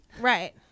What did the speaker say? Right